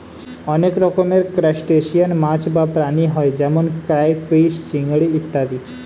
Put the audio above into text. অনেক রকমের ক্রাস্টেশিয়ান মাছ বা প্রাণী হয় যেমন ক্রাইফিস, চিংড়ি ইত্যাদি